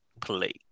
play